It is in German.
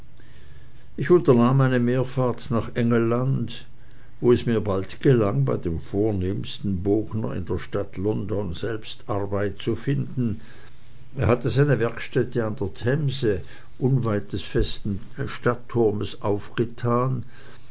ich unternahm eine meerfahrt nach engelland wo es mir bald gelang bei dem vornehmsten bogner in der stadt london selbst arbeit zu finden er hatte seine werkstätte an der themse unweit des festen stadtturmes aufgetan